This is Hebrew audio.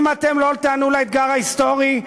אם אתם לא תיענו לאתגר ההיסטורי,